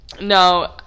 no